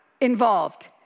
involved